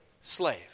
slave